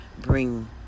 bring